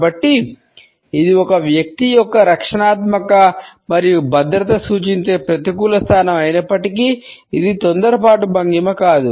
కాబట్టి ఇది ఒక వ్యక్తి యొక్క రక్షణాత్మక మరియు భద్రతను సూచించే ప్రతికూల స్థానం అయినప్పటికీ ఇది తొందరపాటు భంగిమ కాదు